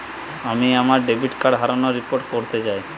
আমি আমার debit card হারানোর রিপোর্ট করতে চাই